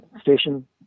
station